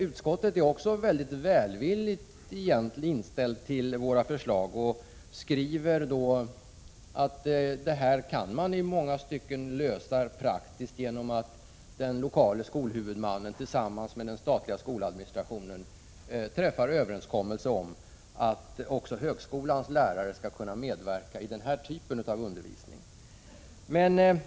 Utskottet är mycket välvilligt inställt till våra förslag och skriver att detta i många stycken kan lösas praktiskt genom att den lokala skolhuvudmannen tillsammans med den statliga skoladministrationen träffar en överenskommelse om att också högskolans lärare skall kunna medverka i denna typ av undervisning.